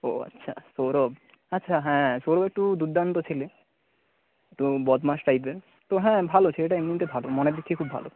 ও আচ্ছা সৌরভ আচ্ছা হ্যাঁ সৌরভ একটু দুর্দান্ত ছেলে তো বদমাশ টাইপের তো হ্যাঁ ভালো ছেলেটা এমনিতে ভালো মনের দিক থেকে খুব ভালো